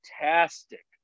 fantastic